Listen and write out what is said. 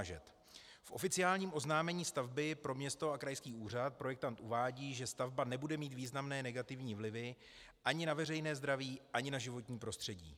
V oficiálním oznámení stavby pro město a krajský úřad projektant uvádí, že stavba nebude mít významné negativní vlivy ani na veřejné zdraví, ani na životní prostředí.